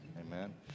amen